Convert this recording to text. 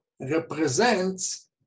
represents